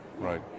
right